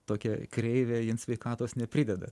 tokia kreivė sveikatos neprideda